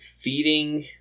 feeding